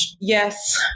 Yes